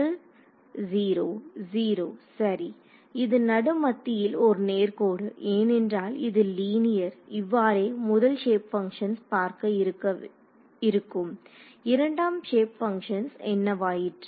மாணவர் 0 0 சரி இது நடு மத்தியில் ஓர் நேர்கோடு ஏனென்றால் இது லீனியர் இவ்வாறே முதல் சேப் பங்க்ஷன்ஸ் பார்க்க இருக்கும் இரண்டாம் சேப் பங்க்ஷன்ஸ் என்னவாயிற்று